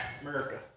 America